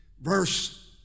verse